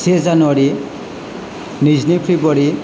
से जानुवारि नैजिनै फेब्रुवारि